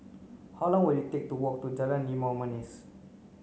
how long will it take to walk to Jalan Limau Manis